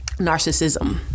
Narcissism